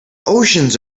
oceans